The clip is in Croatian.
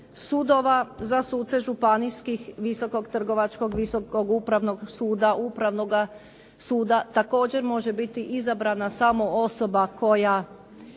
sudova, za suce županijskih, Visokog trgovačkog, Visokog upravnog suda, upravnoga suda. Također može biti izabrana samo osoba koja